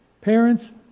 parents